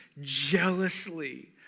jealously